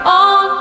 on